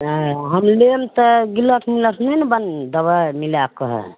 ओ हम लेब तऽ गिलट मिलट नहि ने देबय मिलायके